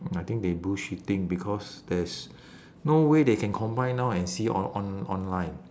I think they bullshitting because there's no way they can combine now and see on~ on~ online